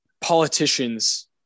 politicians